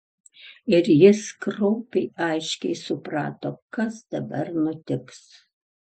ir jis kraupiai aiškiai suprato kas dabar nutiks